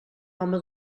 home